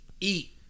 Eat